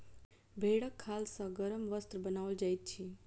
भेंड़क खाल सॅ गरम वस्त्र बनाओल जाइत अछि